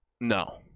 No